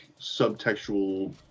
subtextual